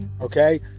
okay